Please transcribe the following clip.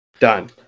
done